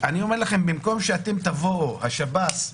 במקום שאתם תבואו, השב"ס,